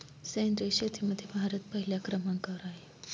सेंद्रिय शेतीमध्ये भारत पहिल्या क्रमांकावर आहे